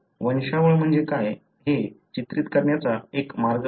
तर वंशावळ म्हणजे काय हे चित्रित करण्याचा हा एक मार्ग आहे